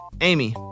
Amy